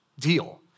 deal